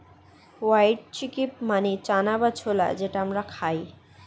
white chickpea মানে চানা বা ছোলা যেটা আমরা খাই